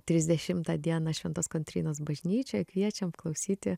trisdešimtą dieną šventos kontrynos bažnyčioje kviečiam klausyti